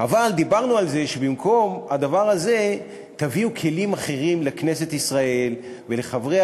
אבל דיברנו על זה שבמקום הדבר הזה תביאו לכנסת ישראל ולחברי